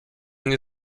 nie